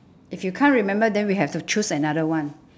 if you can't remember then we have to choose another one